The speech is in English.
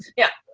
yeah